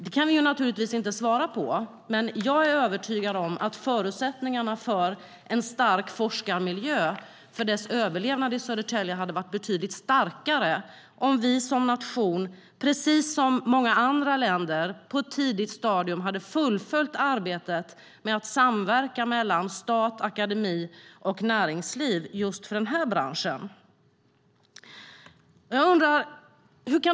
Det kan vi givetvis inte svara på, men jag är övertygad om att förutsättningarna för överlevnaden av en stark forskningsmiljö i Södertälje hade varit betydligt bättre om vi som nation, precis som många andra länder, på ett tidigt stadium hade fullföljt arbetet med en samverkan mellan stat, akademi och näringsliv för denna bransch.